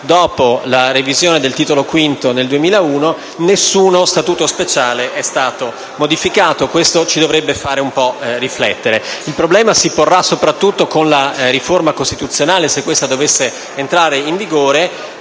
dopo la revisione del Titolo V nel 2001. Nessuno Statuto speciale è stato modificato. Questo ci dovrebbe fare un po' riflettere. Il problema si porrà soprattutto con la riforma costituzionale, se questa dovesse entrare in vigore.